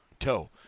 toe